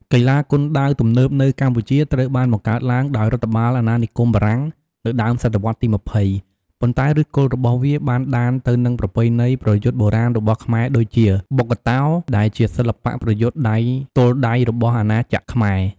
កីឡាគុនដាវទំនើបនៅកម្ពុជាត្រូវបានបង្កើតឡើងដោយរដ្ឋបាលអាណានិគមបារាំងនៅដើមសតវត្សទី២០ ប៉ុន្តែឫសគល់របស់វាអាចដានទៅនឹងប្រពៃណីប្រយុទ្ធបុរាណរបស់ខ្មែរដូចជា បុក្កតោ ដែលជាសិល្បៈប្រយុទ្ធដៃទល់ដៃរបស់អាណាចក្រខ្មែរ។